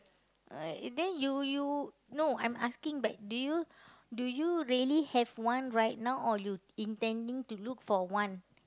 uh then you you no I'm asking but do you do you really have one right now or you intending to look for one